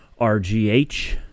RGH